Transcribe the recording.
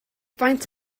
faint